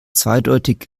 zweideutig